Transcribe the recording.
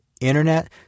internet